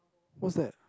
what's that